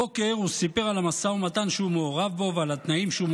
הבוקר הוא סיפר על המשא ומתן שהוא מעורב בו ועל התנאים שבהם הוא